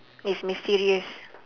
it's mysterious